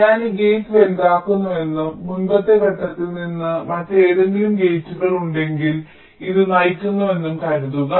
ഞാൻ ഈ ഗേറ്റ് വലുതാക്കുന്നുവെന്നും മുമ്പത്തെ ഘട്ടത്തിൽ നിന്ന് മറ്റേതെങ്കിലും ഗേറ്റുകളുണ്ടെങ്കിൽ ഇത് നയിക്കുന്നുവെന്നും കരുതുക